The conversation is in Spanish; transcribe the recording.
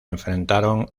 enfrentaron